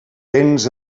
vents